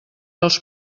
als